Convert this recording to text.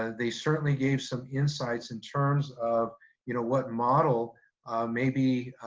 ah they certainly gave some insights in terms of you know what model may be,